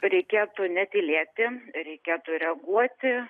reikėtų netylėti reikėtų reaguoti